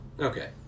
okay